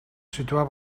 situar